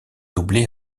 doublé